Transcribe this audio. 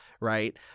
right